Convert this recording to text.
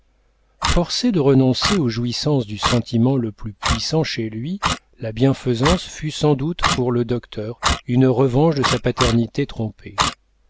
forcé de renoncer aux jouissances du sentiment le plus puissant chez lui la bienfaisance fut sans doute pour le docteur une revanche de sa paternité trompée